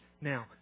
Now